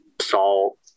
salt